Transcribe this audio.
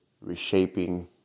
reshaping